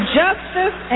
justice